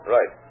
Right